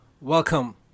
welcome